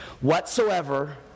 Whatsoever